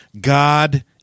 God